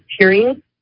period